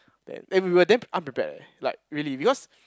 then eh we were damn unprepared eh like really because